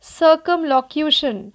circumlocution